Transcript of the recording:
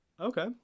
Okay